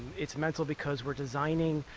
it's mental because we're designing